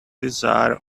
desire